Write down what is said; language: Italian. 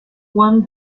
one